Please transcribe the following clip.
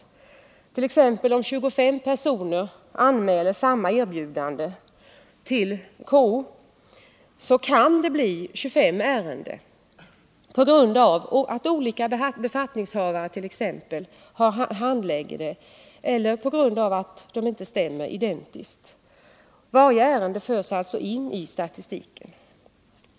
Om t.ex. 25 personer till KO anmäler samma erbjudande, kan det bli 25 ärenden, på grund av att olika befattningshavare handlägger ärendena eller till följd av att de inte är identiskt lika. Varje ärende förs alltså in i statistiken.